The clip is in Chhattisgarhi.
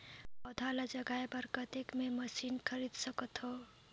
पौधा ल जगाय बर कतेक मे मशीन खरीद सकथव?